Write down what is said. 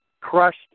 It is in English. crushed